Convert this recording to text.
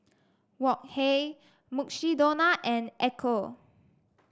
Wok Hey Mukshidonna and Ecco